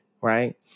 Right